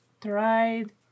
tried